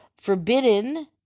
forbidden